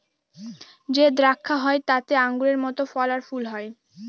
যে দ্রাক্ষা হয় তাতে আঙুরের মত ফল আর ফুল হয়